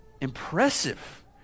impressive